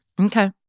Okay